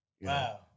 Wow